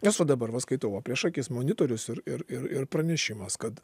nes o dabar va skaitau prieš akis monitorius ir ir pranešimas kad